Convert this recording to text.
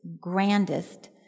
grandest